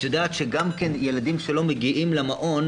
את יודעת שגם ילדים שלא מגיעים למעון,